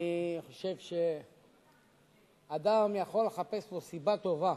אני חושב שאדם יכול לחפש לו סיבה טובה